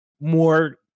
more